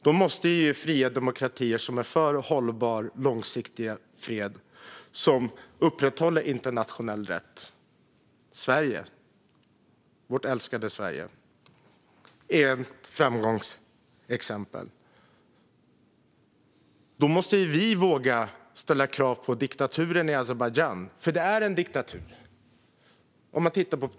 Då måste fria demokratier som är för en hållbar och långsiktig fred och som upprätthåller internationell rätt - där är Sverige, vårt älskade Sverige, ett framgångsexempel - våga ställa krav på diktaturen i Azerbajdzjan. För det är en diktatur.